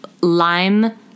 lime